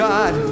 God